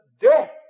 death